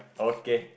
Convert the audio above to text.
okay